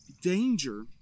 danger